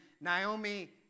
Naomi